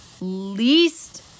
least